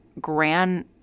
grand